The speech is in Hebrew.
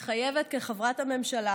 מתחייבת כחברת הממשלה